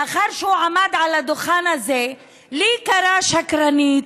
לאחר שהוא עמד על הדוכן הזה וקרא לי שקרנית,